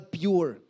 pure